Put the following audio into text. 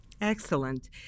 Excellent